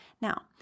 Now